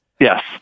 Yes